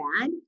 bad